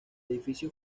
edificio